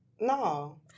No